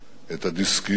את הדסקיות,